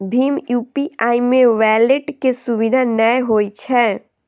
भीम UPI मे wallet के सुविधा नै होइ छै